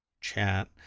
chat